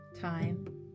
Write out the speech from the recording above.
time